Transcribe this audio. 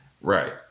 Right